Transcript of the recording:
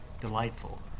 delightful